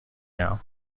know